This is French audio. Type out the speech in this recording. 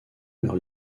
leur